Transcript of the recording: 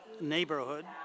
neighborhood